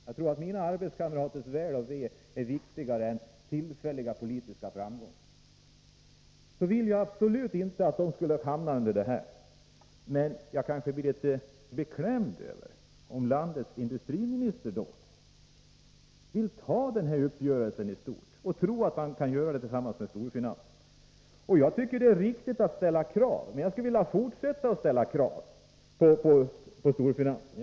Jag tror att mina arbetskamraters väl och ve är viktigare än tillfälliga politiska framgångar. Jag vill absolut inte att de skall hamna i den här situationen. Jag blir litet beklämd över att landets industriminister vill godta denna uppgörelse i stort och att han tror att han kan göra det tillsammans med storfinansen. Jag tycker att det är riktigt att ställa krav, men jag skulle vilja fortsätta att ställa krav på storfinansen.